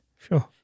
Sure